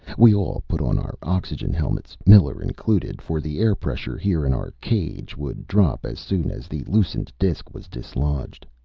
we all put on our oxygen helmets, miller included, for the air-pressure here in our cage would drop as soon as the loosened disc was dislodged.